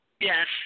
Yes